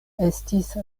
estis